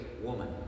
woman